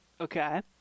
Okay